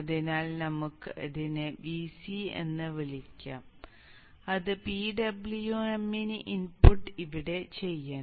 അതിനാൽ നമുക്ക് അതിനെ Vc എന്ന് വിളിക്കാം അത് PWM ന്റെ ഇൻപുട്ട് ഇവിടെ ചെയ്യണം